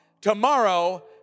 tomorrow